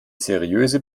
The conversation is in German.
seriöse